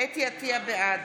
בעד